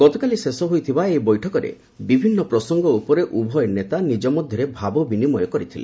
ଗତକାଲି ଶେଷ ହୋଇଥିବା ଏହି ବୈଠକରେ ବିଭିନ୍ନ ପ୍ରସଙ୍ଗ ଉପରେ ଉଭୟ ନେତା ନିଜ ମଧ୍ୟରେ ଭାବବିନିମୟ କରିଥିଲେ